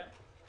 כן.